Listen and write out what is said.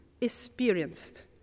experienced